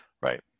Right